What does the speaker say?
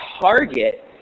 target